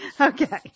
Okay